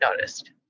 noticed